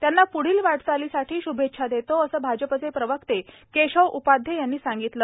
त्यांना प्ढील वाटचालीसाठी श्भेच्छा देतो असं भाजपचे प्रवक्ते केशव उपाध्ये यांनी सांगितलं